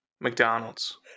McDonald's